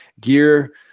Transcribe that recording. gear